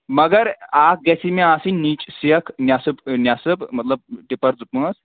مگر اَتھ گژھی مےٚ آسٕنۍ نٮ۪چ سیٚکھ نٮ۪صٕب نٮ۪صٕب مطلب ٹِپَر زٕ پانٛژھ